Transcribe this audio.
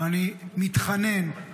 אני מתחנן,